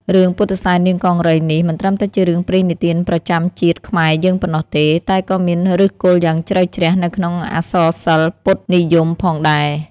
រឿង ពុទ្ធិសែននាងកង្រីនេះ មិនត្រឹមតែជារឿងព្រេងនិទានប្រចាំជាតិខ្មែរយើងប៉ុណ្ណោះទេ តែក៏មានឫសគល់យ៉ាងជ្រៅជ្រះនៅក្នុងអក្សរសិល្ប៍ពុទ្ធនិយមផងដែរ។